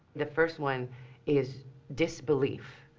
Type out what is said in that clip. the first one is disbelief.